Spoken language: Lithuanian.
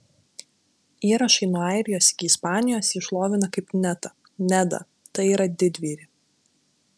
įrašai nuo airijos iki ispanijos jį šlovina kaip netą nedą tai yra didvyrį